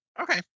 Okay